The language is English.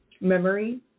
memory